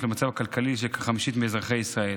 למצב הכלכלי של כחמישית מאזרחי ישראל.